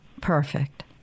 perfect